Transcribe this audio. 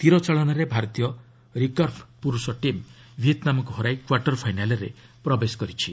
ତୀର ଚାଳନାରେ ଭାରତୀୟ ରିକର୍ଭ ପୁରୁଷ ଟିମ୍ ଭିଏତ୍ନାମ୍କୁ ହରାଇ କ୍ୱାର୍ଟର୍ ଫାଇନାଲ୍ରେ ପ୍ରବେଶ କରିଛି